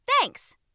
Thanks